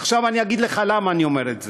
עכשיו אני אגיד לך למה אני אומר את זה,